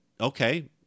okay